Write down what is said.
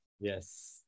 Yes